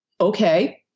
okay